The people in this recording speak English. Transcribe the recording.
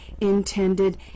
intended